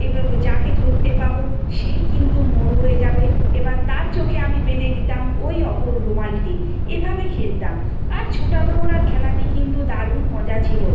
এ বার যাকে ধরতে পাব সেই কিন্তু মোর হয়ে যাবে এ বার তার চোখে আমি বেঁধে দিতাম ওই অপর রুমালটি এই ভাবে খেলতাম আর ছোটাদৌড়ার খেলাটি কিন্তু দারুণ মজা ছিল